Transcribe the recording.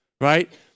right